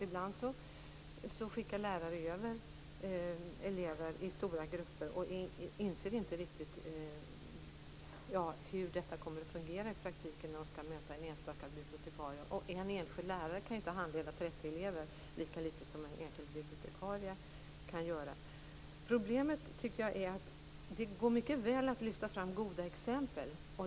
Ibland skickar lärare över elever i stora grupper och inser inte riktigt hur det kommer att fungera i praktiken när de möter en enstaka bibliotekarie. En enskild lärare kan inte handleda 30 elever, lika litet som en enskild bibliotekarie kan göra det. Problemet är att det mycket väl går att lyfta fram goda exempel.